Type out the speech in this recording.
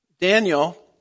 Daniel